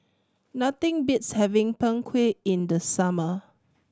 nothing beats having Png Kueh in the summer